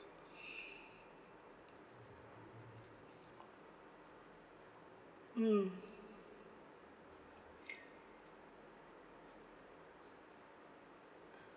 mm